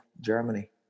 Germany